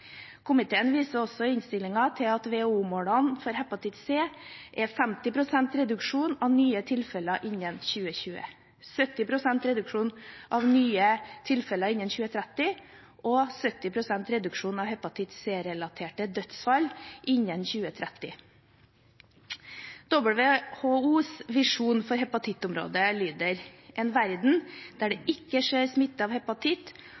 Komiteen viser også i innstillingen til at WHO-målene for hepatitt C er 50 pst. reduksjon av nye tilfeller innen 2020, 70 pst. reduksjon av nye tilfeller innen 2030 og 70 pst. reduksjon av hepatitt C-relaterte dødsfall innen 2030. WHOs visjon for hepatittområdet lyder: «En verden der det ikke skjer smitte av hepatitt